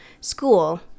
school